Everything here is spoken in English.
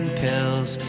pills